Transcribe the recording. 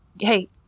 Hey